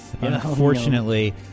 Unfortunately